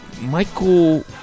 Michael